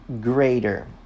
greater